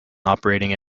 operating